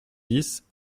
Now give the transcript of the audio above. dix